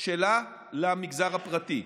שלה למגזר הפרטי.